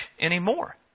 anymore